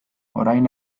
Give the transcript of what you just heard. orain